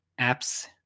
apps